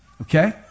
Okay